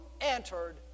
entered